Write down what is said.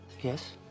Yes